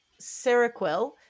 seroquel